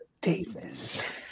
Davis